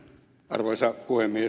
arvoisa puhemies